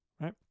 right